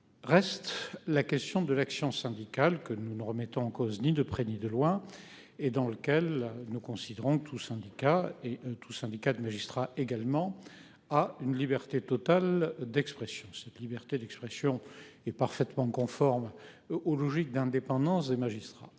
Reste la question de l'action syndicale que nous nous remettons en cause ni de près ni de loin et dans lequel nous considérons tous syndicats et tout. Syndicats de magistrats également à une liberté totale d'expression cette liberté d'expression est parfaitement conforme aux logiques d'indépendance des magistrats.